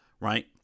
right